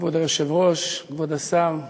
כבוד היושב-ראש, כבוד השר,